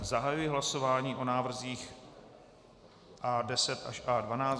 Zahajuji hlasování o návrzích A10 až A12.